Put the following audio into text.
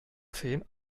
zehn